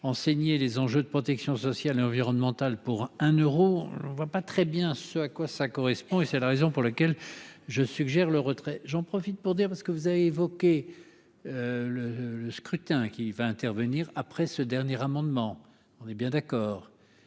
enseigner les enjeux de protection sociale et environnementale pour un Euro, je ne vois pas très bien ce à quoi ça correspond et c'est la raison pour laquelle je suggère le retrait, j'en profite pour dire parce que vous avez évoqué le le scrutin qui va intervenir après ce dernier amendement, on est bien d'accord,